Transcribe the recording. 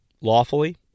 lawfully